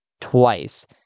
twice